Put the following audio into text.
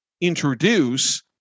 introduce